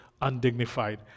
undignified